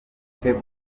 gitego